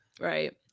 Right